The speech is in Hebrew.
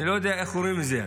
אני לא יודע איך קוראים לזה,